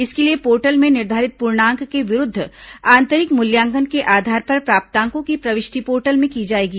इसके लिए पोर्टल में निर्धारित पूर्णांक के विरूद्व आंतरिक मूल्यांकन के आधार पर प्राप्तांकों की प्रविष्टि पोर्टल में की जाएगी